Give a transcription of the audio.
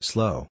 Slow